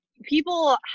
People